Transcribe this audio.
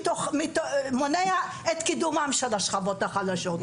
ומונע את קידומן של השכבות החלשות.